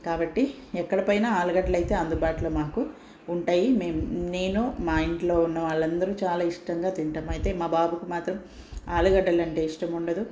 కాబట్టి ఎక్కడికి పోయిన ఆలుగడ్డలయితే అందుబాటులో మాకు ఉంటాయి మేము నేను మా ఇంట్లో ఉన్న వాళ్ళందరూ చాలా ఇష్టంగా తింటాం అయితే మా బాబుకు మాత్రం ఆలుగడ్డలంటే ఇష్టం ఉండదు